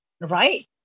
Right